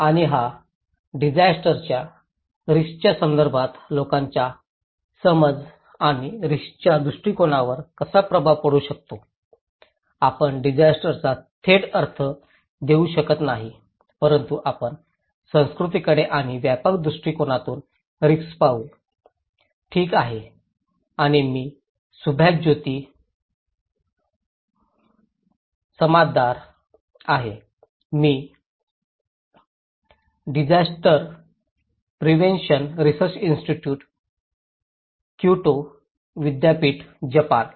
आणि हा डिसास्टरच्या रिस्कच्या संदर्भात लोकांच्या समज आणि रिस्कच्या दृष्टीकोनावर कसा प्रभाव पडू शकतो आपण डिसास्टरचा थेट अर्थ देऊ शकत नाही परंतु आपण संस्कृतीकडे आणि व्यापक दृष्टीकोनातून रिस्क पाहू ठीक आहे आणि मी सुभाज्योती समद्दार आहे मी आहे disaster prevention research institute Kyoto विद्यापीठ जपान